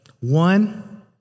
One